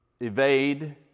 evade